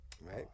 right